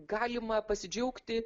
galima pasidžiaugti